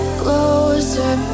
closer